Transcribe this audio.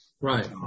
right